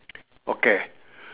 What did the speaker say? okay